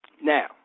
Now